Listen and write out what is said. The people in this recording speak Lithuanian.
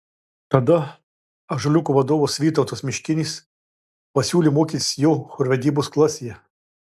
tada ąžuoliuko vadovas vytautas miškinis pasiūlė mokytis jo chorvedybos klasėje